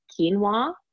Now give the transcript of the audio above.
quinoa